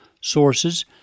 sources